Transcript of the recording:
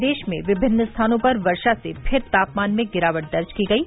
प्रदेश में विभिन्न स्थानों पर वर्षा से फिर तापमान में गिरावट दर्ज की गयी